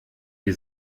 die